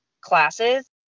classes